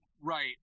right